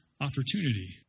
opportunity